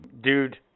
dude